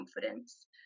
confidence